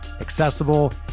accessible